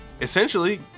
essentially